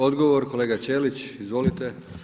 Odgovor kolega Ćelić, izvolite.